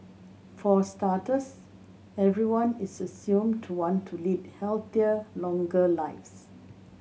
for starters everyone is assumed to want to lead healthier longer lives